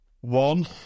one